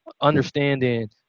understanding